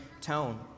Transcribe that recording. tone